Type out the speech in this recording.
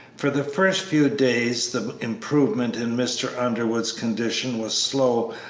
for the first few days the improvement in mr. underwood's condition was slow,